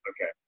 Okay